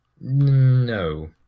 No